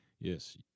Yes